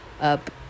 up